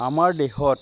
আমাৰ দেশত